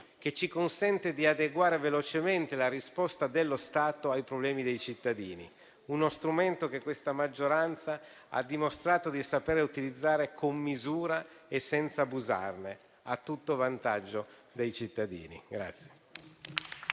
che ci consente di adeguare velocemente la risposta dello Stato ai problemi dei cittadini. Uno strumento che questa maggioranza ha dimostrato di saper utilizzare con misura e senza abusarne, a tutto vantaggio dei cittadini.